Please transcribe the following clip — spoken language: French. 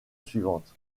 suivante